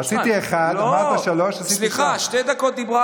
רציתי אחת, אמרת שלוש, עשיתי שתיים.